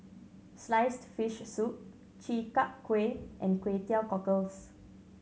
sliced fish soup Chi Kak Kuih and Kway Teow Cockles